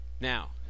Now